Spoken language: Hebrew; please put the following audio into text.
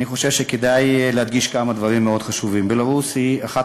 אני חושב שכדאי להדגיש כמה דברים מאוד חשובים: בלרוס היא אחת